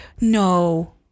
no